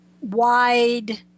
wide